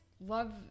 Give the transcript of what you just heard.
love